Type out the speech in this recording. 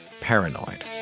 Paranoid